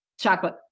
Chocolate